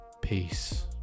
peace